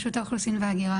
רשות האוכלוסין וההגירה,